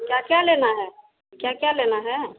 क्या क्या लेना है क्या क्या लेना है